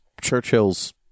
Churchill's